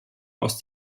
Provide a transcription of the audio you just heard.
aus